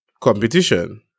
competition